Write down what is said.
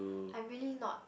I am really not